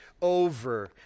over